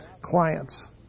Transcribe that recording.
clients